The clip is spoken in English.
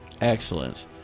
Excellent